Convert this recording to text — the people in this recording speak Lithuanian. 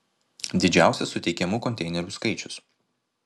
didžiausias suteikiamų konteinerių skaičius